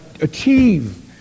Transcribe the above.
achieve